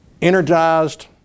energized